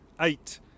eight